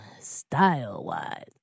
style-wise